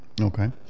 Okay